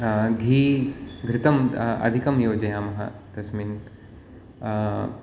घी घृतं अधिकं योजयामः तस्मिन्